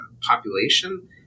population